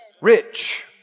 Rich